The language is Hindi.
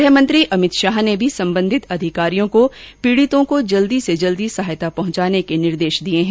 गृह मंत्री अमित शाह ने भी संबंधित अधिकारियों को पिडितों की जल्दी से ँजल्दी सहायता पहंचाने के निर्देश दिये हैं